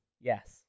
Yes